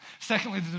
Secondly